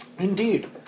Indeed